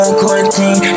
quarantine